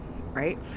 Right